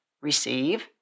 receive